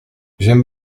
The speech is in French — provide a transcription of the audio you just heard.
j’aime